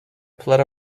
plot